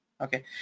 okay